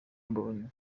mbonyi